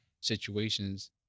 situations